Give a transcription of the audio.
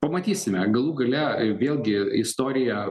pamatysime galų gale vėlgi istorija